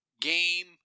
game